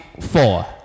four